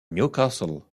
newcastle